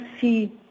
see